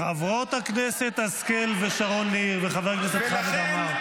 --- חברות הכנסת השכל ושרון ניר וחבר הכנסת חמד עמאר,